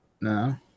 no